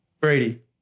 Brady